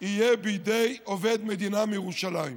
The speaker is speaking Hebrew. יהיה בידי עובד מדינה מירושלים.